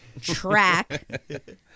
track